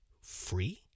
free